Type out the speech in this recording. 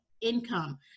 income